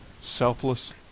Selfless